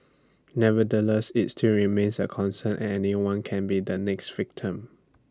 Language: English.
nevertheless IT still remains A concern and anyone can be the next victim